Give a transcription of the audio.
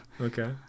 Okay